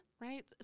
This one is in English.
right